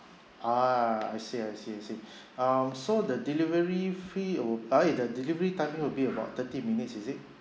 ah I see I see I see um so the delivery fee uh oh ya the delivery timing will be about thirty minutes is it